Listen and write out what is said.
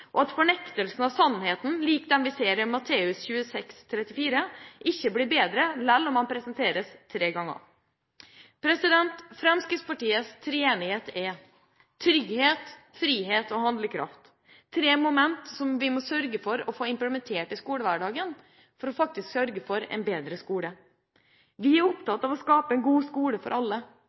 og at fornektelse av sannheten lik den vi ser i Matteus 26,34, ikke blir bedre selv om den presenteres tre ganger. Fremskrittspartiets treenighet er trygghet, frihet og handlekraft, tre momenter som vi må sørge for å få implementert i skolehverdagen for å få en bedre skole. Vi er opptatt av å skape en god skole for alle